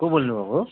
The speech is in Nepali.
को बोल्नु भएको हो